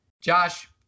josh